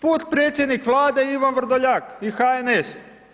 Put predsjednik Vlade i Ivan Vrdoljak i HNS.